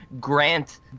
Grant